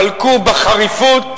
חלקו בחריפות,